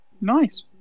Nice